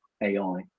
AI